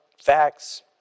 facts